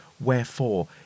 wherefore